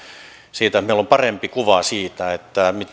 meillä on parempi kuva siitä